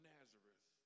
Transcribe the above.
Nazareth